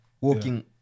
Walking